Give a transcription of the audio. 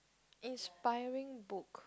inspiring book